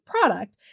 product